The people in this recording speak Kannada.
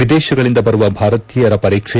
ವಿದೇಶಗಳಿಂದ ಬರುವ ಭಾರತೀಯರ ಪರೀಕ್ಷೆ